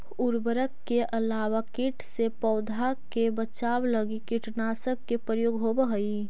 उर्वरक के अलावा कीट से पौधा के बचाव लगी कीटनाशक के प्रयोग होवऽ हई